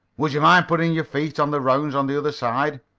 would you mind putting your feet on the rounds on the other side?